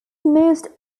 most